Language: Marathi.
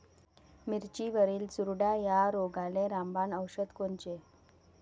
मिरचीवरील चुरडा या रोगाले रामबाण औषध कोनचे?